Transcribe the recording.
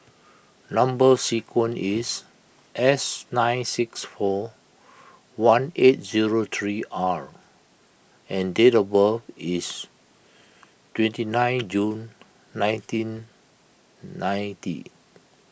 Number Sequence is S nine six four one eight zero three R and date of birth is twenty nine June nineteen ninety